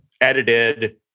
edited